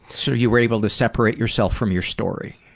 so you were able to separate yourself from your story.